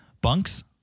Bunks